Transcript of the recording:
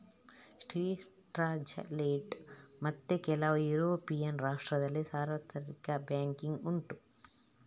Switzerland ಮತ್ತೆ ಕೆಲವು European ರಾಷ್ಟ್ರದಲ್ಲಿ ಸಾರ್ವತ್ರಿಕ ಬ್ಯಾಂಕಿಂಗ್ ಉಂಟು